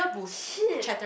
shit